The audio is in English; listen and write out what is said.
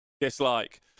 Dislike